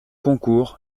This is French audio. concours